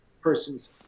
persons